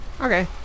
Okay